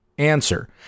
Answer